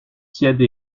tiède